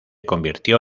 convirtió